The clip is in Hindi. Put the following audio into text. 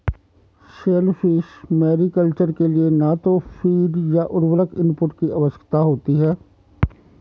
शेलफिश मैरीकल्चर के लिए न तो फ़ीड या उर्वरक इनपुट की आवश्यकता होती है